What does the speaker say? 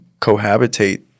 cohabitate